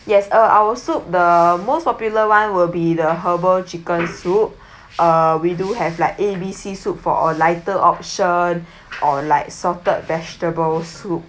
yes uh our soup the most popular [one] will be the herbal chicken soup uh we do have like A B C soup for a lighter option or like salted vegetable soup